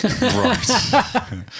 Right